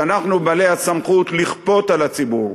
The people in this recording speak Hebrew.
שאנחנו בעלי הסמכות לכפות על הציבור,